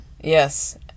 Yes